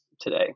today